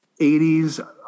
80s